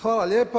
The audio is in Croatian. Hvala lijepo.